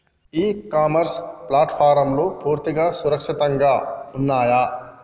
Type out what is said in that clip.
ఇ commerce ప్లాట్ఫారమ్లు పూర్తిగా సురక్షితంగా ఉన్నయా?